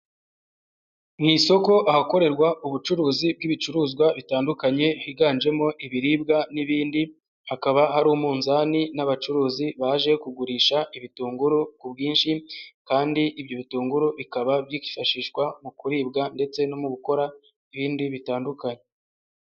Mu isoko ahakorerwa ubucuruzi bw'ibicuruzwa bitandukanye, higanjemo ibiribwa n'ibindi, hakaba hari umunzani n'abacuruzi baje kugurisha ibitunguru ku bwinshi, kandi ibyo bitunguru bikaba byifashishwa mu kuribwa ndetse no mu gukora ibindi bitandukanye.